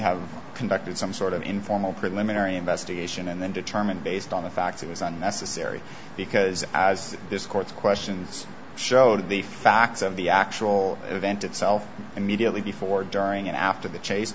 have conducted some sort of informal preliminary investigation and then determined based on the facts it was unnecessary because as this court's questions showed the facts of the actual event itself immediately before during and after the chase